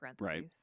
Right